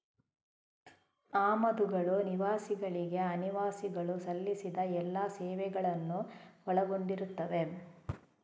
ಆಮದುಗಳು ನಿವಾಸಿಗಳಿಗೆ ಅನಿವಾಸಿಗಳು ಸಲ್ಲಿಸಿದ ಎಲ್ಲಾ ಸೇವೆಗಳನ್ನು ಒಳಗೊಂಡಿರುತ್ತವೆ